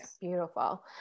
Beautiful